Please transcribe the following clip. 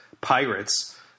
pirates